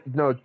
no